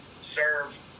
serve